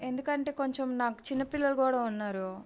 ఎందుకు అంటే కొంచెం నాకు చిన్నపిల్లలు కూడా ఉన్నారు